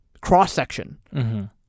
cross-section